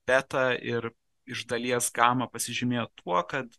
beta ir iš dalies gama pasižymėjo tuo kad